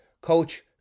Coach